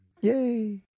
Yay